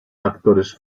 factores